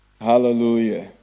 Hallelujah